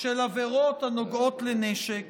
של עבירות הנוגעות לנשק